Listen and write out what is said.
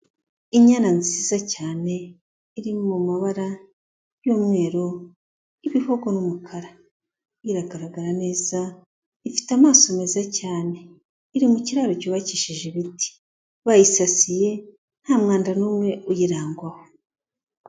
Inyana nziza cyane iri mu mabara y'umweru, ibihogo, n'umukara, iragaragara neza, ifite amaso meza cyane, iri mu kiraro cyubakishije ibiti, bayisasiye, nta mwanda n'umwe uyirangwaho.